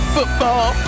Football